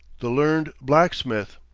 the learned blacksmith.